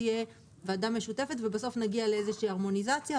תהיה ועדה משותפת שבסוף נגיע לאיזו שהיא הרמוניזציה.